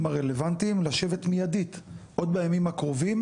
הרלוונטיים לשבת מיידית עוד בימים הקרובים.